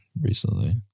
recently